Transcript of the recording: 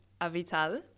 Avital